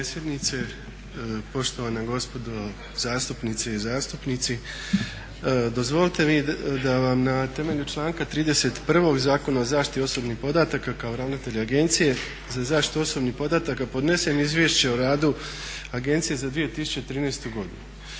potpredsjednice, poštovana gospodo zastupnice i zastupnici. Dozvolite mi da vam na temelju članka 31. Zakona o zaštiti osobnih podataka kao ravnatelj Agencije za zaštitu osobnih podataka podnesem izvješće o radu agencije za 2013. godinu.